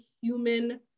human